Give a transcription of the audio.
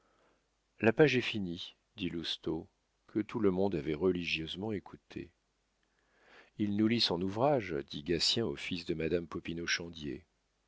la page est finie dit lousteau que tout le monde avait religieusement écouté il nous lit son ouvrage dit gatien au fils de madame